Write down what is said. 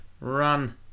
Run